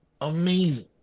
amazing